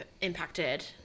impacted